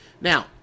Now